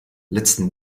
letzten